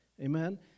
Amen